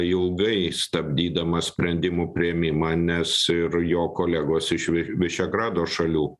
ilgai stabdydamas sprendimų priėmimą nes ir jo kolegos iš vi višegrado šalių